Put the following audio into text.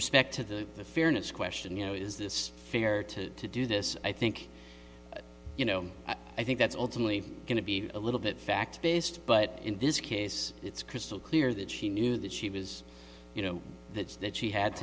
respect to the fairness question you know is this fair to do this i think you know i think that's ultimately going to be a little bit fact based but in this case it's crystal clear that she knew that she was you know that's that she had